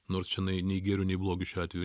nors čionai nei gėriu nei blogiu šiuo atveju